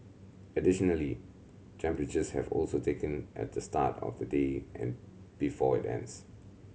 additionally temperatures have also taken at the start of the day and before it ends